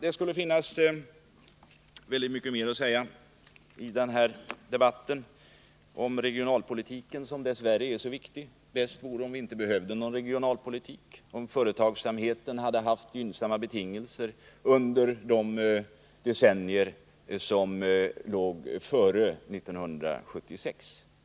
Det skulle finnas väldigt mycket mer att säga i den här debatten om regionalpolitiken, som dess värre är så viktig. Bäst vore om vi inte behövde någon regionalpolitik, om företagsamheten hade haft gynnsamma betingelser under de decennier som låg före 1976.